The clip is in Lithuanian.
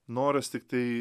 noras tiktai